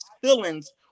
feelings